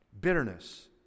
Bitterness